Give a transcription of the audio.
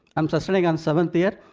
i'm sustaining on seventh year.